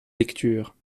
lecture